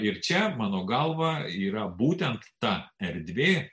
ir čia mano galva yra būtent ta erdvė